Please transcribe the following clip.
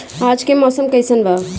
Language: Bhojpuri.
आज के मौसम कइसन बा?